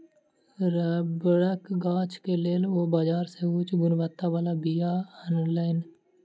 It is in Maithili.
रबड़क गाछ के लेल ओ बाजार से उच्च गुणवत्ता बला बीया अनलैन